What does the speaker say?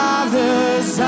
Father's